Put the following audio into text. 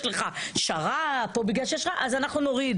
לך שר"פ או בגלל שיש לך אנחנו נוריד.